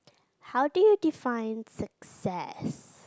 how do you define success